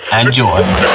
Enjoy